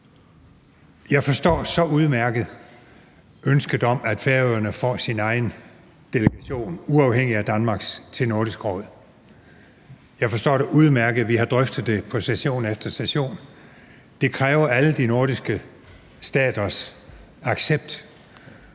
Jeg forstår så udmærket ønsket om, at Færøerne får sin egen delegation, uafhængig af Danmarks, til Nordisk Råd. Jeg forstår det udmærket. Vi har drøftet det på session efter session. Det kræver alle de nordiske staters accept,